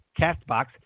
CastBox